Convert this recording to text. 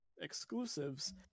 exclusives